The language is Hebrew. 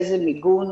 איזה מיגון.